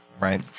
right